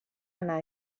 anar